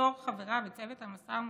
בתור חברה בצוות המשא ומתן,